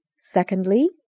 Secondly